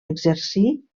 exercí